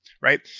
right